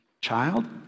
child